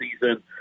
season